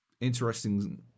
interesting